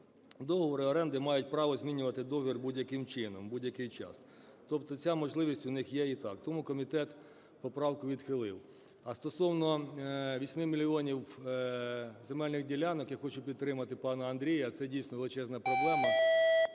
договори оренди мають право змінювати договір будь-яким чином у будь-який час. Тобто ця можливість у них є і так. Тому комітет поправку відхилив. А стосовно восьми мільйонів земельних ділянок, я хочу підтримати пана Андрія, це дійсно величезна проблема.